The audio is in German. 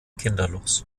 kinderlos